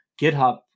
GitHub